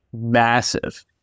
massive